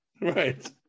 Right